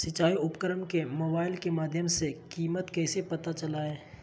सिंचाई उपकरण के मोबाइल के माध्यम से कीमत कैसे पता चलतय?